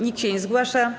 Nikt się nie zgłasza.